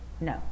no